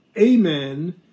amen